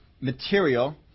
material